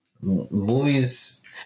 Movies